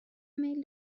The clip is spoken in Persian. میل